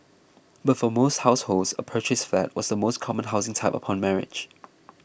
but for most households a purchased flat was the most common housing type upon marriage